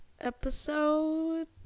episode